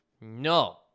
No